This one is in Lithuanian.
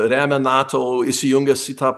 remia nato o įsijungęs į tą